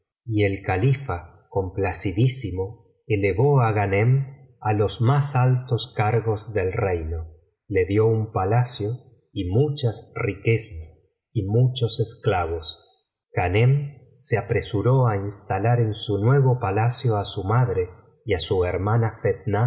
y el califa complacidísimo elevó á ghanem á los más altos cargos del reino le dio un palacio y muchas riquezas y muchos esclavos ghanem se apresuró á instalar en su nuevo palacio á su madre y á su hermana